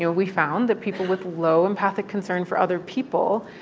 you know we found that people with low empathic concern for other people,